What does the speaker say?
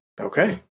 okay